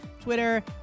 Twitter